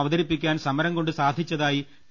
അവതരിപ്പിക്കാൻ സമരംകൊണ്ട് സാധിച്ചതായി പി